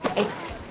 it's,